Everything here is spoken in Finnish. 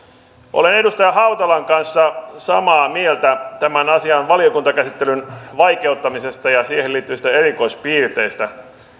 olen edustaja hautalan kanssa samaa mieltä tämän asian valiokuntakäsittelyn vaikeuttamisesta ja siihen liittyvistä erikoispiirteistä